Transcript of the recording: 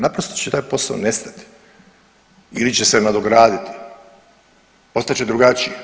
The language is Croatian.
Naprosto će taj posao nestati ili će se nadograditi, ostat će drugačiji.